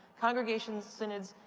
congregations, synods,